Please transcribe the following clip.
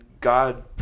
God